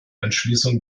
entschließung